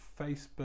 Facebook